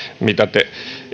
mitä te